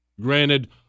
Granted